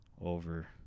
over